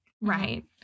Right